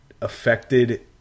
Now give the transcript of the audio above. affected